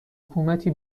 حکومتی